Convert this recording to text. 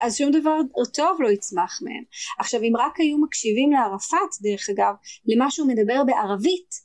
אז שום דבר טוב לא יצמח מהם. עכשיו אם רק היו מקשיבים לערפאת דרך אגב למה שהוא מדבר בערבית